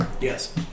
Yes